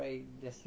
orh